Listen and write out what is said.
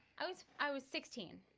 i was i was sixteen